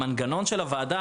המנגנון של הוועדה,